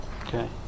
okay